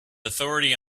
authority